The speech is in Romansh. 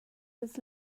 las